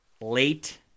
late